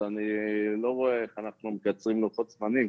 אני לא רואה איך אנחנו מקצרים לוחות זמנים.